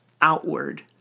outward